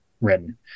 written